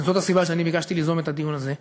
וזאת הסיבה שאני ביקשתי ליזום את הדיון הזה,